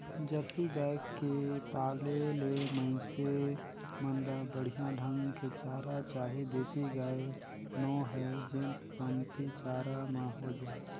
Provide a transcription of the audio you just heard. Jersey गाय के पाले ले मइनसे मन ल बड़िहा ढंग के चारा चाही देसी गाय नो हय जेन कमती चारा म हो जाय